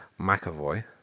McAvoy